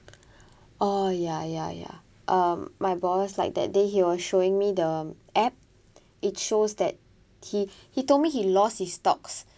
oh yeah yeah yeah um my boss like that day he was showing me the app it shows that he he told me he lost his stocks